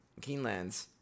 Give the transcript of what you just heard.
Keenlands